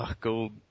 gold